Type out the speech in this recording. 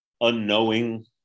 unknowing